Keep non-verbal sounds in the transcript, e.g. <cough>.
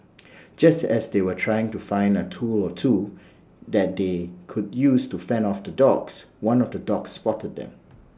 <noise> just as they were trying to find A tool or two that they could use to fend off the dogs one of the dogs spotted them